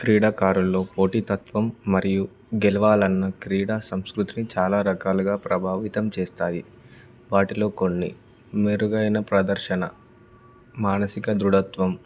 క్రీడాకారుల్లో పోటితత్వం మరియు గెలవాలన్న క్రీడా సంస్కృతిని చాలా రకాలుగా ప్రభావితం చేస్తాయి వాటిలో కొన్ని మెరుగైన ప్రదర్శన మానసిక దృఢత్వం